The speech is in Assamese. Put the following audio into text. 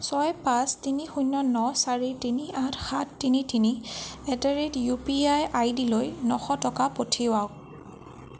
ছয় পাঁচ তিনি শূন্য ন চাৰি তিনি আঠ সাত তিনি তিনি at the rate U P I I D লৈ নশ টকা পঠিয়াওঁক